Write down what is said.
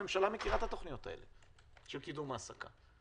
הממשלה מכירה את התוכניות האלה של קידום העסקה.